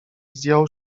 zdjął